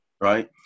right